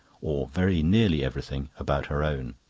or very nearly everything, about her own.